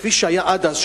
כפי שהיה עד אז,